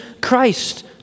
Christ